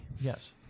Yes